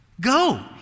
Go